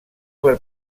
per